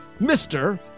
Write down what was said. Mr